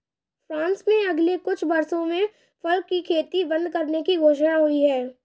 France में अगले कुछ वर्षों में फर की खेती बंद करने की घोषणा हुई है